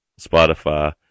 Spotify